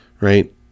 right